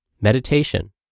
meditation